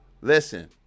Listen